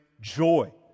joy